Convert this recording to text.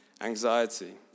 anxiety